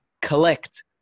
collect